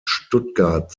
stuttgart